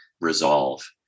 resolve